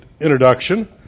introduction